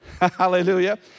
Hallelujah